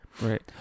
Right